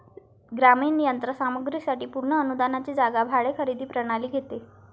ग्रामीण यंत्र सामग्री साठी पूर्ण अनुदानाची जागा भाडे खरेदी प्रणाली घेते